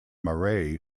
marae